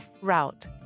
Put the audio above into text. route